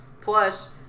plus